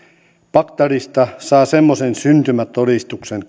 bagdadista saa semmoisen syntymätodistuksen